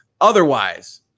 Otherwise